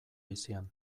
bizian